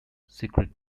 secret